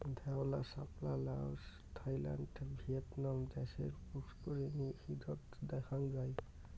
ধওলা শাপলা Laos, Thailand, Vietnam দ্যাশের পুস্কুরিনী ও হ্রদত দ্যাখাং যাই